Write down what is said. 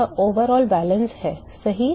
यह समग्र संतुलन है सही